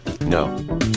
No